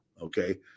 Okay